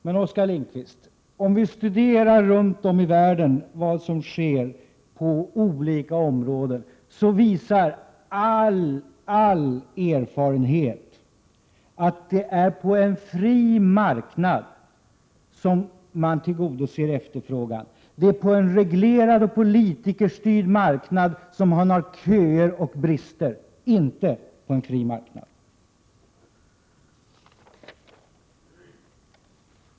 Men om vi studerar vad som händer runt om i världen, finner vi att all erfarenhet visar att det är på en fri marknad som man tillgodoser efterfrågan, medan det är på en reglerad och politikerstyrd marknad som man har köer och brister — och inte på en fri marknad.